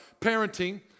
parenting